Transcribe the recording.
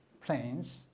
planes